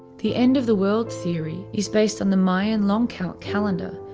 the end of the world theory is based on the mayan long count calendar,